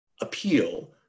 appeal